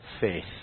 faith